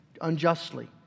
unjustly